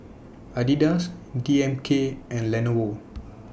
Adidas D M K and Lenovo